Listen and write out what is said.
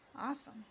Awesome